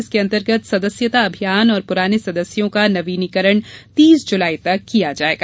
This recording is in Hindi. इसके अंतर्गत सदस्यता अभियान और पुराने सदस्यों का नवीनीकरण तीस जुलाई तक किया जायेगा